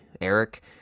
Eric